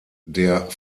der